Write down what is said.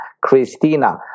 Christina